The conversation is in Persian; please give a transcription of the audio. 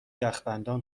یخبندان